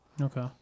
Okay